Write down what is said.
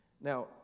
Now